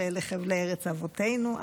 שאלה חבלי ארץ אבותינו,